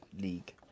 League